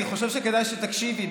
אני חושב שכדאי שתקשיבי,